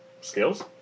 skills